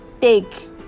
take